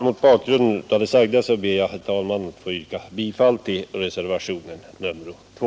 Mot bakgrand av det sagda ber jag, herr talman, att få yrka bifall till reservationen nr 2.